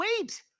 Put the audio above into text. wait